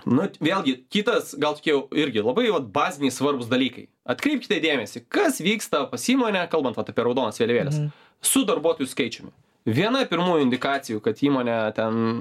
na vėlgi kitas gal jau irgi labai jau baziniai svarbūs dalykai atkreipkite dėmesį kas vyksta pas įmonę kalbant apie raudonas vėliavėles su darbuotojų skaičiumi viena pirmųjų indikacijų kad įmonė ten